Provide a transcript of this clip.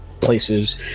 places